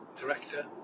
director